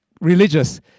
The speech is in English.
religious